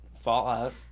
Fallout